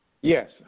Yes